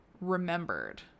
remembered